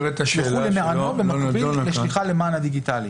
"ישלחו למענו במקביל לשליחה למען הדיגיטלי".